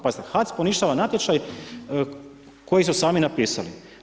Pazite HAC poništava natječaj koji su sami napisali.